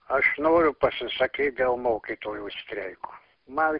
aš noriu pasisakyt dėl mokytojų streiko man